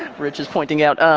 rich is pointing out.